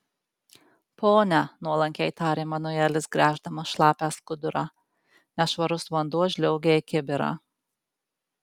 pone nuolankiai tarė manuelis gręždamas šlapią skudurą nešvarus vanduo žliaugė į kibirą